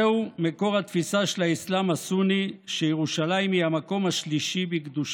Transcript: זהו מקור התפיסה של האסלאם הסוני שירושלים היא המקום השלישי בקדושתו.